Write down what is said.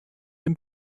and